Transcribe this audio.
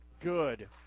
good